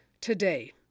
today